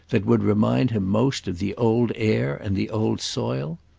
that would remind him most of the old air and the old soil?